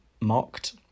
mocked